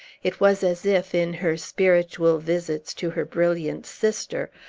it was as if, in her spiritual visits to her brilliant sister,